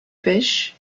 pêche